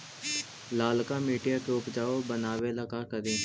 लालका मिट्टियां के उपजाऊ बनावे ला का करी?